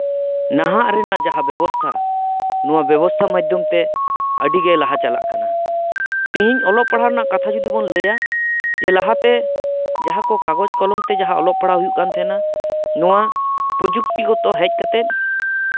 ᱱᱟᱦᱟᱜ ᱨᱮᱱᱟᱜ ᱡᱟᱦᱟᱸ ᱵᱮᱵᱚᱥᱛᱷᱟ ᱱᱚᱶᱟ ᱵᱮᱵᱚᱥᱛᱷᱟ ᱢᱟᱫᱽᱫᱷᱚᱢ ᱛᱮ ᱟᱹᱰᱤ ᱜᱮ ᱞᱟᱦᱟ ᱪᱟᱞᱟᱜ ᱠᱟᱱᱟ ᱛᱮᱦᱤᱧ ᱚᱞᱚᱜ ᱯᱟᱲᱦᱟᱣ ᱨᱮᱱᱟᱜ ᱠᱟᱛᱷᱟ ᱡᱩᱫᱤ ᱵᱚᱱ ᱞᱟᱹᱭᱟ ᱡᱮ ᱞᱟᱦᱟ ᱛᱮ ᱡᱟᱦᱟᱸ ᱠᱟᱜᱚᱡᱽ ᱠᱚᱞᱚᱢ ᱛᱮ ᱡᱟᱦᱟᱸ ᱚᱞᱚᱜ ᱯᱟᱲᱦᱟᱣ ᱦᱩᱭᱩᱜ ᱠᱟᱱ ᱛᱟᱦᱮᱸᱱᱟ ᱱᱚᱶᱟ ᱯᱨᱚᱡᱩᱠᱛᱤ ᱜᱚᱛᱚ ᱦᱮᱡ ᱠᱟᱛᱮᱫ